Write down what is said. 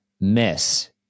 miss